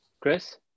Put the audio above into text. chris